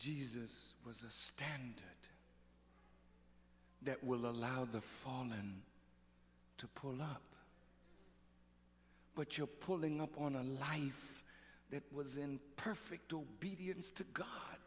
jesus was a stand that will allow the fallen to pull up but you're pulling up on a life that was in perfect obedience to god